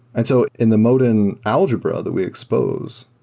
and so, in the modin algebra that we expose,